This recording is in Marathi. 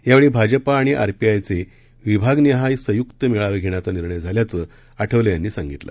यावेळी भाजपा आणि आरपीआयचे विभागनिहाय संयुक्त मेळावे घेण्याचा निर्णय झाल्याचं आठवले यांनी सांगितलं